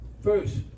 First